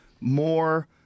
more